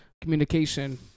communication